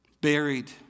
Buried